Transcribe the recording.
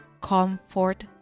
comfort